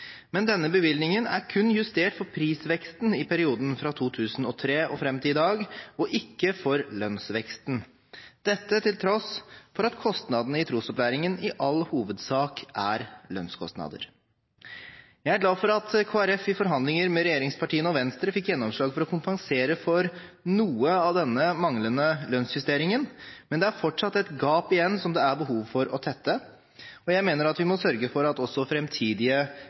Men denne bevilgningen er kun justert for prisveksten i perioden fra 2003 og fram til i dag, ikke for lønnsveksten – dette til tross for at kostnadene i trosopplæringen i all hovedsak er lønnskostnader. Jeg er glad for at Kristelig Folkeparti i forhandlinger med regjeringspartiene og Venstre fikk gjennomslag for å kompensere for noe av denne manglende lønnsjusteringen, men det er fortsatt et gap igjen som det er behov for å tette. Jeg mener at vi må sørge for at også